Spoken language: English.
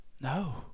No